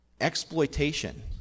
Exploitation